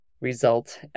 result